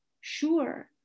Sure